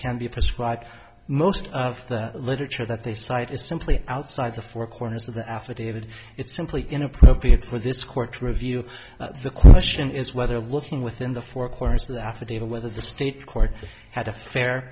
can be prescribed most of the literature that they cite is simply outside the four corners of the affidavit it's simply inappropriate for this court to review the question is whether looking within the four corners of the affidavit whether the state court had a fair